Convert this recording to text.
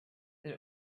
that